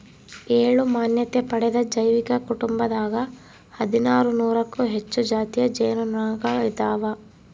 ಏಳು ಮಾನ್ಯತೆ ಪಡೆದ ಜೈವಿಕ ಕುಟುಂಬದಾಗ ಹದಿನಾರು ನೂರಕ್ಕೂ ಹೆಚ್ಚು ಜಾತಿಯ ಜೇನು ನೊಣಗಳಿದಾವ